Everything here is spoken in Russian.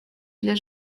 для